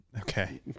Okay